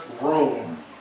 room